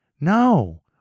No